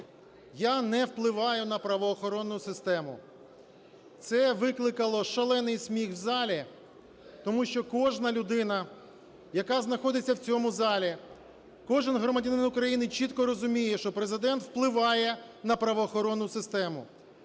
"Я не впливаю на правоохоронну систему". Це викликало шалений сміх в залі, тому що кожна людина, яка знаходиться в цьому залі, кожен громадянин України чітко розуміє, що Президент впливає на правоохоронну систему,